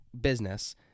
business